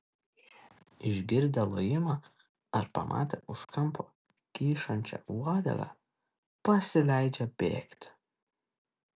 išgirdę lojimą ar pamatę už kampo kyšančią uodegą pasileidžia bėgti